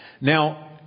Now